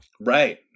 right